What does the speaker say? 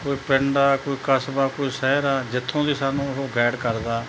ਕੋਈ ਪਿੰਡ ਆ ਕੋਈ ਕਸਬਾ ਕੋਈ ਸ਼ਹਿਰ ਆ ਜਿੱਥੋਂ ਦੀ ਸਾਨੂੰ ਉਹ ਗੈਡ ਕਰਦਾ